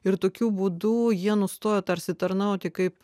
ir tokiu būdu jie nustoja tarsi tarnauti kaip